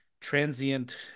transient